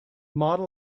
model